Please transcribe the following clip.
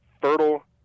fertile